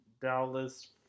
Dallas